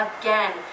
again